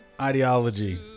Ideology